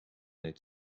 need